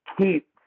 keep